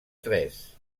tres